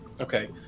Okay